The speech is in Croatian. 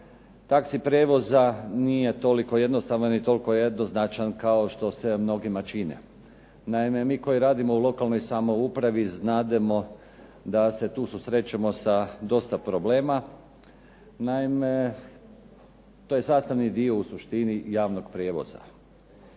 taxi prijevoza nije toliko jednostavan i toliko jednoznačan kao što se mnogima čini. Naime, mi koji radimo u lokalnoj samoupravi znademo da se tu susrećemo sa dosta problema. Naime, to je sastavni dio u suštini javnog prijevoza.